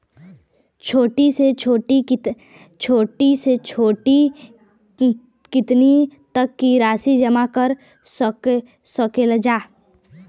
छोटी से छोटी कितना तक के राशि जमा कर सकीलाजा?